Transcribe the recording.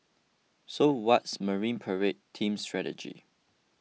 so what's Marine Parade team's strategy